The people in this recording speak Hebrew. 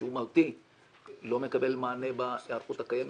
לא מקבל מענה בהיערכות הקיימת.